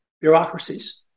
bureaucracies